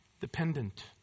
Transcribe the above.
Dependent